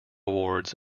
awards